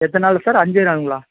எத்தனை நாளில் சார் அஞ்சே நாளுங்களா